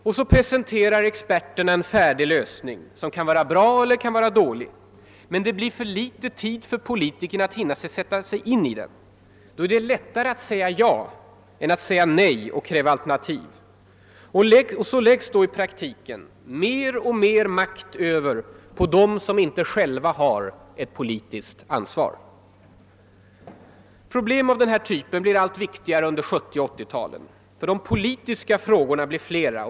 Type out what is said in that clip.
Och så presenterar experterna en färdig lösning, som kan vara bra eller kan vara dålig. Men det blir för litet tid för politikerna att tränga in i den. Då är det lättare att säga ja än att säga nej och kräva alternativ. Och så läggs i praktiken mer och mer makt på dem som inte själva har ett politiskt ansvar. Problem av den här typen blir allt viktigare under 1970 och 1980-talen, eftersom de politiska frågorna blir flera.